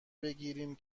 بگیریم